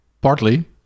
partly